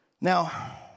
Now